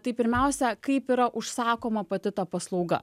tai pirmiausia kaip yra užsakoma pati ta paslauga